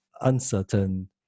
uncertain